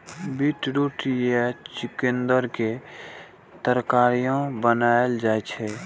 beetroot या चुकंदर के तरकारियो बनाएल जाइ छै